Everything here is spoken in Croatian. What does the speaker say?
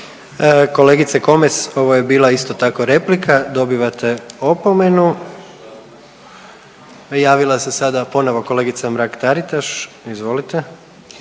Kolegice Komes ovo je bila isto tako replika, dobivate opomenu. Javila se sada ponovo kolegica Mrak Taritaš, izvolite.